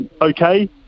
okay